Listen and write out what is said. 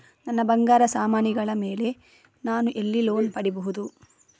ನನ್ನ ಬಂಗಾರ ಸಾಮಾನಿಗಳ ಮೇಲೆ ನಾನು ಎಲ್ಲಿ ಲೋನ್ ಪಡಿಬಹುದು?